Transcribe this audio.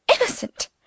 Innocent